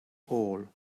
all